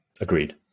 agreed